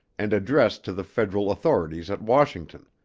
and addressed to the federal authorities at washington,